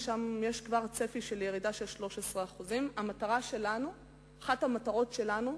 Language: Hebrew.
ושם יש כבר צפי של ירידה של 13%. אחת המטרות שלנו,